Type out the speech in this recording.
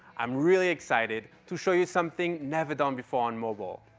i'm really excited to show you something never done before on mobile.